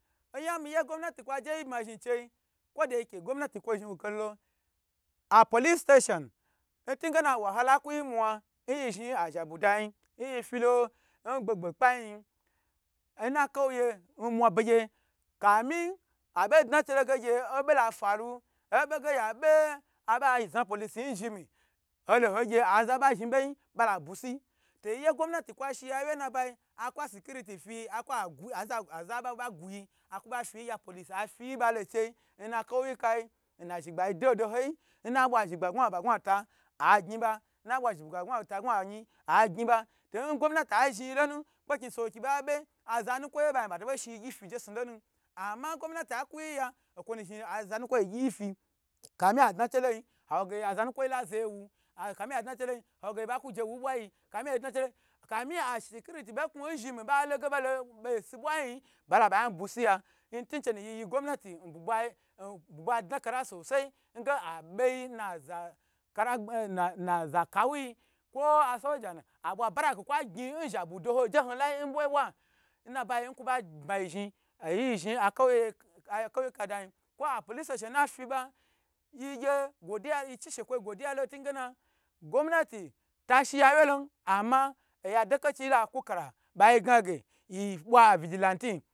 Oyan miye gomnati kwo zhni kakan lo apolke station nhngena ku yi mwa nyi zhni a zhabu dayi nyifilo ngbe gbe kpai yi nn bauye mwa bege kami abo dna cheloge obo la faru obe ge ge be aza polkey yin n zhimi holo hogye aza ba zhni boyi bala basi to yiye gomnati kwa shi yuwyu nabayi aku security fiyi aka agu aza baba guyi aku ba ngye police afiyi ba lo chei nna kauye kayi nna zhigba dodo hoyi n nabwa zhigba gwa ba gwa ta aggn ba na bwa zhigba gwa ta gwa ayin agyi ba ngomnati azhniyilonu kpekni sowoki baba azanukwoyi ye ba yi bato shiyigyi filona, ama ngomnatu a kuyi ya okwo nu zhn azanukwoyi gyi yifi afi adnacheloyi awo ge gya za nakwoyi la zaya wu kafin adna chelo yin awo ge bala je wonbwa yi kam a securiti bo knu n zhimi bo loge ba ho si bwayiyi bala ba yan busiya ntinchinu yiyi gomnati nbugbai nbugbadna kala sosoi nge abe yina za kar naza nana kawui kwo a sowajanu baraki kwa gyn n zhabu ndo ho nbawaye bwa nnayi nkwo ba bmayi zhi nyin zhi akoyeg akowye ka dayin kwo apolic stata na fi ba yi gye che shekwo gwodiya lo n tingena ta shi ya wye lo ama oya de kachi la kukala yi gna ge ye bwa a vigilanti.